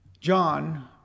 John